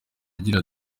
agira